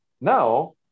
Now